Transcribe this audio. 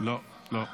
לא, לא.